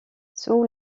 sous